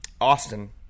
Austin